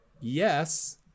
yes